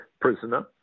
prisoner